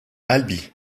albi